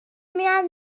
میرم